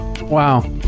wow